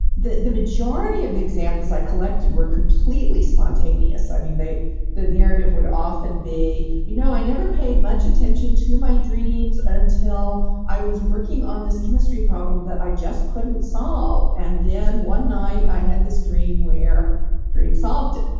the the majority of the examples i collected were completely spontaneous. i mean, the narrative would often be you know, i never paid much attention to my dreams until i was working on this chemistry problem that i just couldn't solve, and then one night i had this dream where dream solved